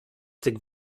tych